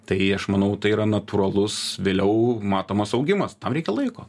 tai aš manau tai yra natūralus vėliau matomas augimas tam reikia laiko